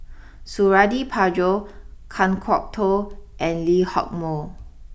Suradi Parjo Kan Kwok Toh and Lee Hock Moh